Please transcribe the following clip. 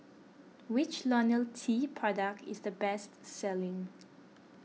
which Ionil T product is the best selling